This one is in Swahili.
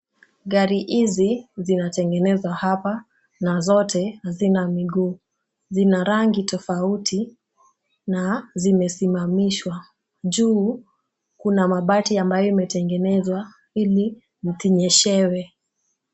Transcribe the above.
Gari hizi zinatengenezwa hapa na zote hazina miguu. Zina rangi tofauti na zimesimamishwa. Juu kuna mabati ambayo imetengenezwa ili zisinyeshewe.